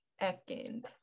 second